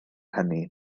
hynny